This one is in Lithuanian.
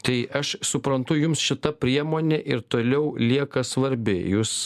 tai aš suprantu jums šita priemonė ir toliau lieka svarbi jūs